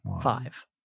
Five